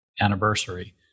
anniversary